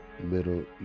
Middle